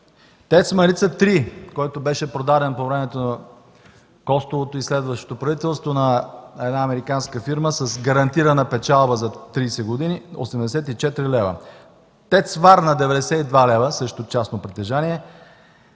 ТЕЦ „Марица 3”, която беше продадена по времето на Костовото и следващото правителство на една американска фирма с гарантирана печалба за 30 години – 84 лв.; ТЕЦ „Варна” – 92 лв., също частно притежание,